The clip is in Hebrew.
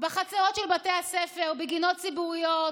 בחצרות של בתי הספר, בגינות ציבוריות,